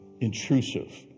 intrusive